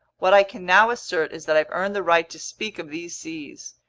what i can now assert is that i've earned the right to speak of these seas,